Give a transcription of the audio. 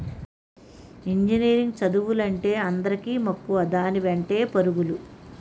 engineering చదువులంటే అందరికీ మక్కువ దాని వెంటే పరుగులు